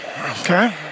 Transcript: okay